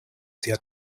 sia